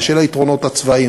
בשל היתרונות הצבאיים,